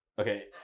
Okay